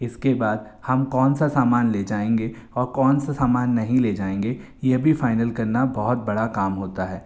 इसके बाद हम कौन सा सामान ले जाएंगे और कौन सा सामान नहीं ले जाएंगे यह भी फ़ाइनल करना बहुत बड़ा काम होता है